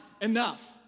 enough